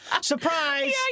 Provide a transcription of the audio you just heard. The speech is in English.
Surprise